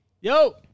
Yo